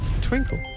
Twinkle